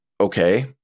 Okay